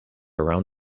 around